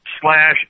slash